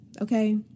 Okay